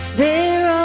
their